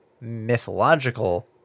mythological